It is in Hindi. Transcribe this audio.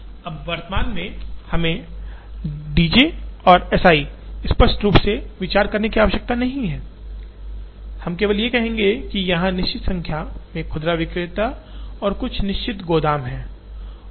अब वर्तमान में हमें D j और S i स्पष्ट रूप से विचार करने की आवश्यकता नहीं है हम केवल यह कहेंगे कि यहाँ निश्चित संख्या में खुदरा विक्रेता और कुछ निश्चित गोदाम हैं